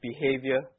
behavior